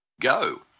go